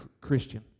Christian